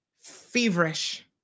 feverish